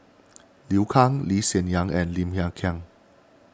Liu Kang Lee Hsien Yang and Lim Hng Kiang